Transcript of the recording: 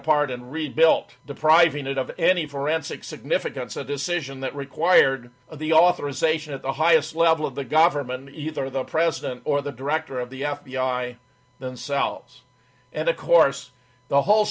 apart and rebuilt depriving it of any forensic significance a decision that required the authorization at the highest level of the government either the president or the director of the out yeah i then selves and of course the whole